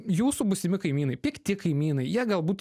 jūsų būsimi kaimynai pikti kaimynai jie galbūt